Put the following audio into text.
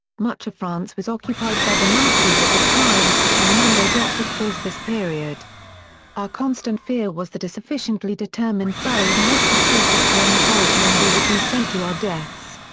much of france was occupied by the nazis at the time, and mandelbrot recalls this period our constant fear was that a sufficiently determined foe might report us to an authority and we would be sent to our deaths.